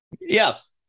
yes